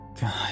God